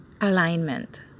alignment